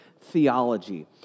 theology